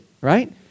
right